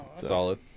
Solid